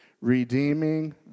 Redeeming